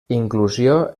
inclusió